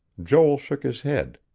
joel shook his head.